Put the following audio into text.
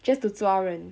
just to 抓人